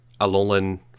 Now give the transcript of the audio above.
Alolan